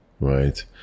right